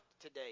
today